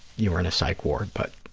you were in a psych ward, but,